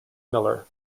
miller